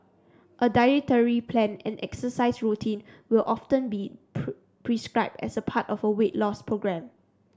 a dietary plan and exercise routine will often be put prescribed as a part of a weight loss programme